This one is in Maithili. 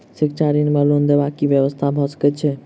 शिक्षा ऋण वा लोन देबाक की व्यवस्था भऽ सकै छै?